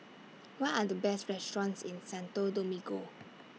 What Are The Best restaurants in Santo Domingo